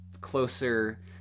closer